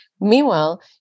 Meanwhile